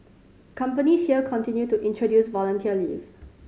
companies here continue to introduce volunteer leave